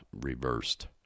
reversed